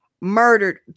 murdered